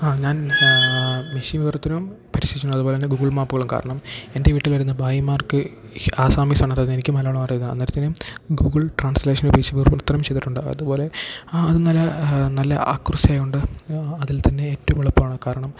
ആ ഞാൻ മെഷീൻ വിവര്ത്തനം പരീക്ഷിച്ചു അതുപോലെ തന്നെ ഗൂഗിൾ മാപ്പുകളും കാരണം എൻ്റെ വീട്ടിൽ വരുന്ന ഭായിമാർക്ക് ആസ്സാമീസാണ് അറിയുന്നത് എനിക്ക് മലയാളമാണ് അറിയുന്നത് അന്നേരത്തിനും ഗൂഗിൾ ട്രാൻസ്ലേഷനെ ഉപയോഗിച്ച് വിവർത്തനം ചെയ്തിട്ടുണ്ട് അതുപോലെ ആ അതു നല്ല നല്ല അക്യുറസിയായതുകൊണ്ട് അതിൽ തന്നെ ഏറ്റവും എളുപ്പമാണ് കാരണം